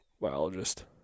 biologist